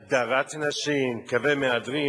הַדָרת נשים, קווי מהדרין.